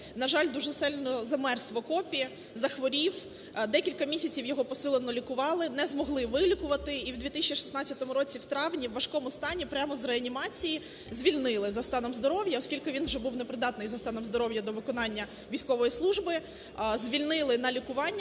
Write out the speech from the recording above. На жаль, дуже сильно замерз в окопі, захворів, декілька місяців його посилено лікували, не змогли вилікувати, і у 2016 році в травні у важкому стані прямо з реанімації звільнили за станом здоров'я, оскільки він вже був непридатний за станом здоров'я до виконання військової служби. Звільнили на лікування,